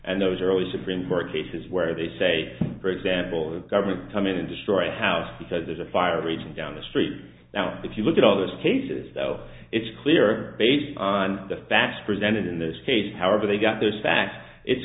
and those are always supreme court cases where they say for example a government come in and destroy a house because there's a fire raging down the street now if you look at all those cases though it's clear based on the facts presented in this case however they got those facts it's